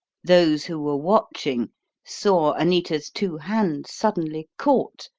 those who were watching saw anita's two hands suddenly caught,